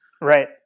Right